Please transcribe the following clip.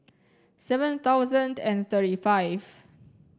seven thousand and thirty five